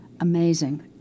amazing